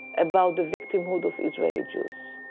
about the victimhood of israeli jews,